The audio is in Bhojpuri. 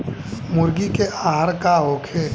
मुर्गी के आहार का होखे?